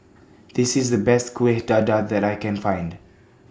This IS The Best Kueh Dadar that I Can Find